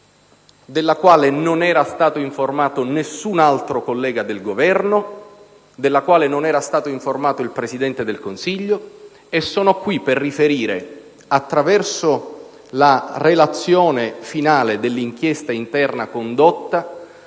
della quale non era stato informato nessun altro collega del Governo, della quale non era stato informato il Presidente del Consiglio. E sono qui per riferire, attraverso la relazione finale dell'inchiesta interna condotta,